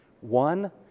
One